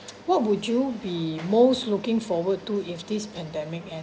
what would you be most looking forward to if this pandemic end